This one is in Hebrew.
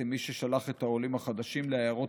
עם מי ששלח את העולים החדשים לעיירות